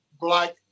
black